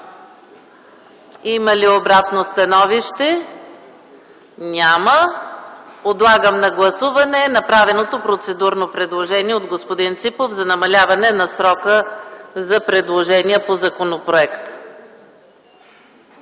Има ли обратно становище? Няма. Подлагам на гласуване направеното процедурно предложение от господин Красимир Ципов за намаляване на срока за предложения по законопроекта,